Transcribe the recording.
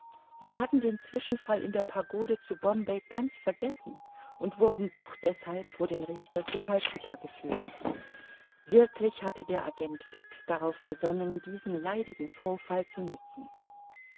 sie hatten den zwischenfall in der pagode zu bombay ganz vergessen und wurden doch deshalb vor den richter zu calcutta geführt wirklich hatte der agent fix darauf gesonnen diesen leidigen vorfall zu nützen